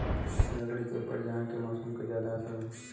लकड़ी के ऊपर उहाँ के मौसम क जादा असर होला